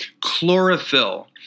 chlorophyll